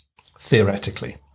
theoretically